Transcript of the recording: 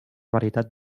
varietat